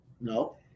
no